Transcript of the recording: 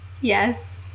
Yes